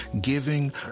giving